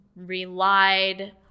Relied